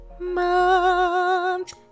month